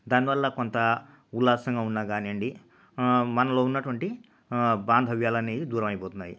దాని వల్ల కొంత ఉల్లాసంగా ఉన్నా కానియ్యండి మనలో ఉన్నటువంటి బాంధవ్యాలు అనేవి దూరమైపోతున్నాయి